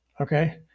Okay